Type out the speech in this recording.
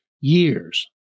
years